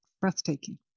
breathtaking